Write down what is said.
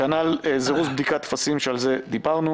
כנ"ל זירוז בדיקת טפסים שעליו דיברנו